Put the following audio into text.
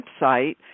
website